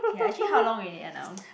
ya actually how long already ah now